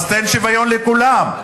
אז תן שוויון לכולם,